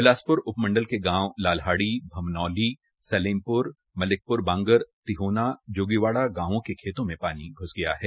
बिलासप्र उपमंडल के गांव लालहाड़ी भमनोली सलेमप्र मलिकप्र बांगर तिहानो जोगीवाड़ा गांवों के खेतों में पानी घ्स गया है